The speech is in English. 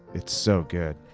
it's so good.